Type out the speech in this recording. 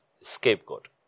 scapegoat